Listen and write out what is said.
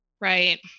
Right